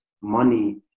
money